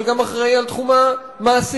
אבל גם אחראי לתחום המעסיקים.